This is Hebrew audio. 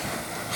והשלישית.